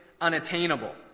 unattainable